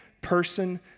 person